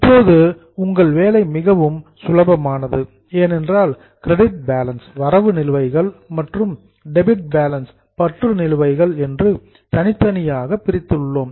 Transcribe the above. இப்போது உங்கள் வேலை மிகவும் சிம்பிள் சுலபமானது ஏனென்றால் கிரெடிட் பேலன்ஸ் வரவு நிலுவைகள் மற்றும் டெபிட் பேலன்ஸ் பற்று நிலுவைகள் என்று தனித்தனியாக பிரித்துள்ளோம்